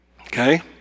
Okay